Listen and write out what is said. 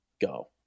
go